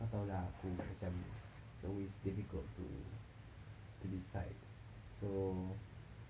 kau tahu lah aku macam is always difficult to to decide so